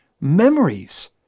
memories